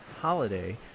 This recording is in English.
holiday